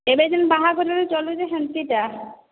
ଏବେ ଯେମିତି ବାହାଘରରେ ଚଲୁଛେ ସେମିତି କା